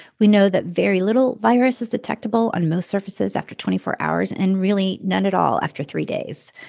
we know that very little virus is detectable on most surfaces after twenty four hours and, really, none at all after three days.